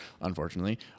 unfortunately